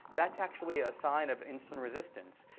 that's actually a sign of insulin resistance.